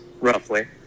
roughly